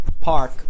park